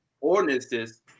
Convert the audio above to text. ordinances